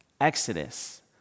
Exodus